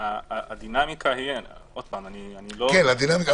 הדינמיקה עוד פעם, אני לא נביא.